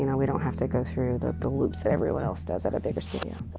you know we don't have to go through the the loops that everyone else does at a bigger studio.